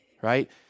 right